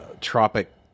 Tropic